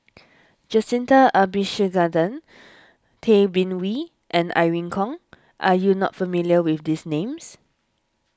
Jacintha Abisheganaden Tay Bin Wee and Irene Khong are you not familiar with these names